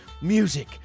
music